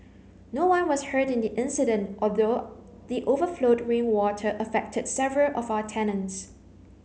no one was hurt in the incident although the overflowed rainwater affected several of our tenants